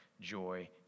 joy